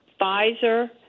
Pfizer –